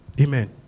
Amen